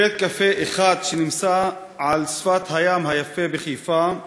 בבית-קפה אחד שנמצא על שפת הים היפה בחיפה,